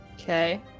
Okay